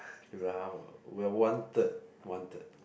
K we are half ah we are one third one third